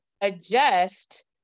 adjust